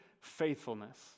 faithfulness